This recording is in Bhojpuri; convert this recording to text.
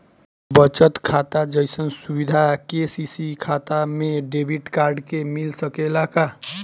बचत खाता जइसन सुविधा के.सी.सी खाता में डेबिट कार्ड के मिल सकेला का?